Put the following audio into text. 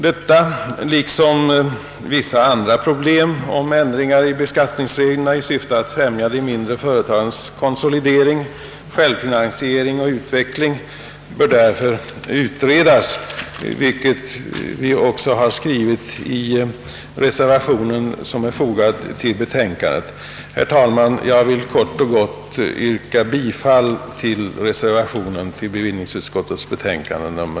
Detta liksom vissa andra problem om ändringar i skattereglerna i syfte att främja de mindre företagens konsolidering, självfinansiering och utveckling bör därför utredas, vilket vi också har skrivit i den reservation som är fogad till betänkandet. Herr talman! Jag vill kort och gott yrka bifall till reservationen vid utskottets betänkande.